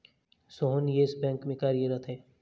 Sohan Yes Bank में कार्यरत है